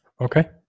Okay